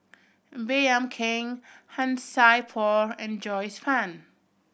Baey Yam Keng Han Sai Por and Joyce Fan